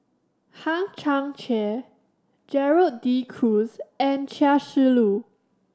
Hang Chang Chieh Gerald De Cruz and Chia Shi Lu